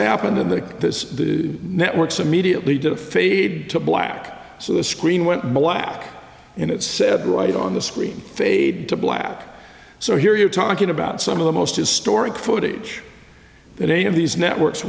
happened in the networks immediately did a fade to black so the screen went black and it said right on the screen fade to black so here you are talking about some of the most historic footage that any of these networks